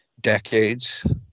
decades